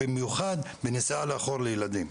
במיוחד בנסיעה לאחור לילדים.